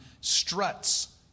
struts